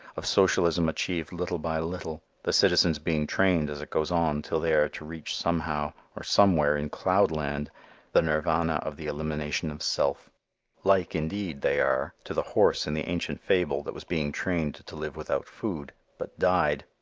of socialism achieved little by little, the citizens being trained as it goes on till they are to reach somehow or somewhere in cloud land the nirvana of the elimination of self like indeed, they are, to the horse in the ancient fable that was being trained to live without food but died,